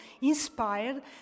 inspired